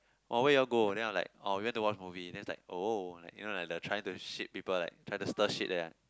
oh where you all go then I'm like oh we went to watch movie then she was like oh like you know the trying to shit people like trying to stir shit that kind